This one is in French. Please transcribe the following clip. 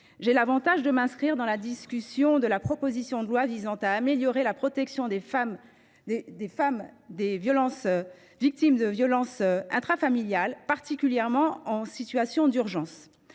intervenir dans la discussion de cette proposition de loi qui vise à améliorer la protection des femmes victimes de violences intrafamiliales, particulièrement en situation d’urgence.